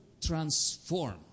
transform